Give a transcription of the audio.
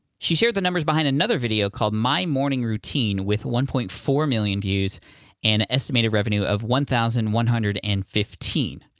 she shared the numbers behind another video called my morning routine with one point four million views and an estimated revenue of one thousand one hundred and fifteen.